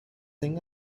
seen